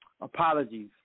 apologies